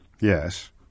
Yes